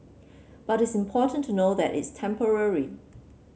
but it's important to know that it's temporary